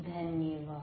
धन्यवाद